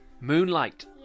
Moonlight